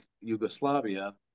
yugoslavia